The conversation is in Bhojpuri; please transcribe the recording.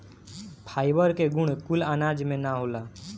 फाइबर के गुण कुल अनाज में ना होला